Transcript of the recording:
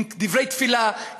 עם דברי תפילה,